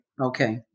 Okay